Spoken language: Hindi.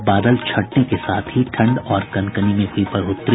और बादल छंटने के साथ ही ठंड और कनकनी में हुई बढ़ोतरी